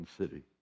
city